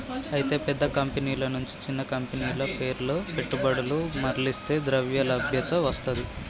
అయితే పెద్ద కంపెనీల నుంచి చిన్న కంపెనీలకు పేర్ల పెట్టుబడులు మర్లిస్తే ద్రవ్యలభ్యత వస్తది